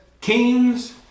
kings